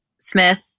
Smith